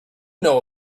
know